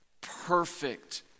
perfect